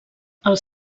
els